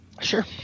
Sure